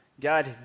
God